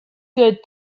good